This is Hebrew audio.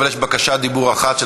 אבל יש בקשת דיבור אחת,